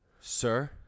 sir